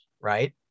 right